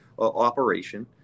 operation